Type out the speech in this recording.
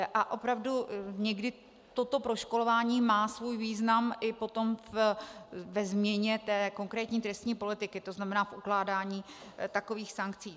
A opravdu někdy toto proškolování má svůj význam i potom ve změně té konkrétní trestní politiky, tzn. v ukládání takových sankcí.